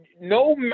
No